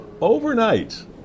overnight